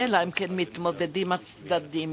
אלא אם כן הצדדים מתמודדים עם המציאות.